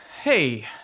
hey